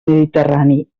mediterrani